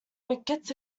wickets